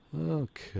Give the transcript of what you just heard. Okay